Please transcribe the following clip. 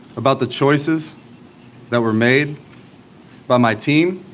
about the choices that were made by my team,